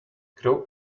grow